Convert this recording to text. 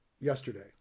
yesterday